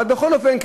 אבל בכל אופן,